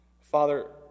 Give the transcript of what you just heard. Father